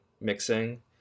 mixing